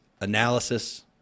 Analysis